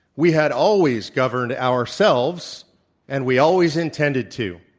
we had always governed ourselves and we always intended to.